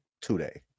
today